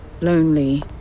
lonely